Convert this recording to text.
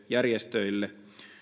järjestöille